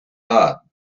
heart